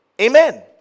Amen